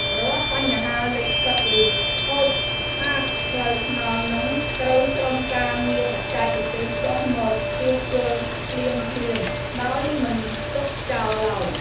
រាល់បញ្ហាលិចទឹកឬខូចខាតផ្លូវថ្នល់នឹងត្រូវក្រុមការងារបច្ចេកទេសចុះមកជួសជុលភ្លាមៗដោយមិនទុកចោលឡើយ។